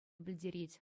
пӗлтерет